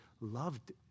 loved